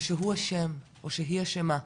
ושהוא אשם, או שהיא אשמה,